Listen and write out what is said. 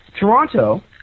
Toronto